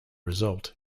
result